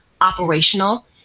operational